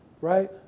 right